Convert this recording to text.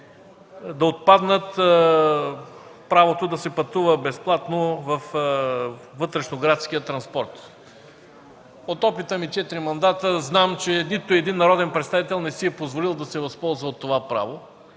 да отпадне правото да се пътува безплатно във вътрешно-градския транспорт. От опита ми през четирите мандата зная, че нито един народен представител не си е позволил да се възползва от това право